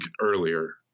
earlier